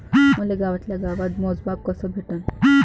मले गावातल्या गावात मोजमाप कस भेटन?